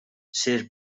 sir